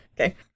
Okay